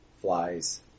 flies